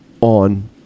on